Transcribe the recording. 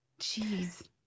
Jeez